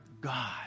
God